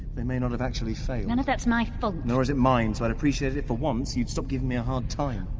they may not have actually failed none of that's my fault! nor is it mine, so i'd appreciate it if for once you'd stop giving me a hard time!